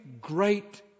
great